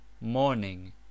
morning